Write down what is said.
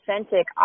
authentic